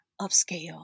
upscale